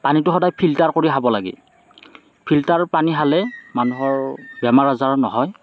পানীটো সদায় ফিল্টাৰ কৰি খাব লাগে ফিল্টাৰ পানী খালে মানুহৰ বেমাৰ আজাৰ নহয়